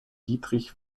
dietrich